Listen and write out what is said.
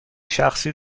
شخصی